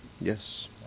Yes